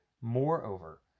moreover